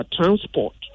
transport